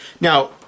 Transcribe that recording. Now